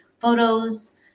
photos